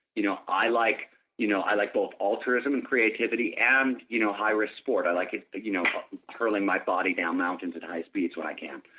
you know i like you know i like both altruism and creativity and you know high risk sport. i like ah you know hurling my body down mountains in high speeds when i can.